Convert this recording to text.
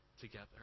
together